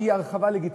כי היא הרחבה לגיטימית,